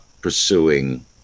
pursuing